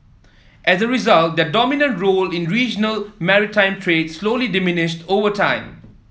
as a result their dominant role in regional maritime trade slowly diminished over time